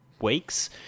weeks